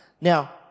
Now